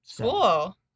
Cool